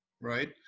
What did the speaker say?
right